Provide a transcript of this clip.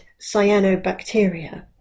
cyanobacteria